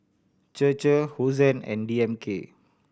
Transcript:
Chir Chir Hosen and D M K